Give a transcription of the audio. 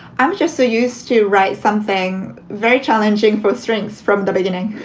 i'm just so used to write something very challenging for strings from the beginning